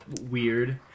weird